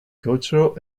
cultural